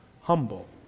humble